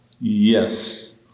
Yes